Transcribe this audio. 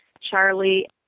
Charlie